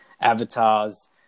avatars